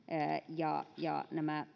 ja ja nämä